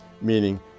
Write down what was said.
meaning